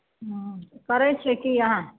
ह्म्म करै छियै की अहाँ